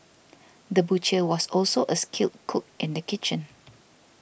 the butcher was also a skilled cook in the kitchen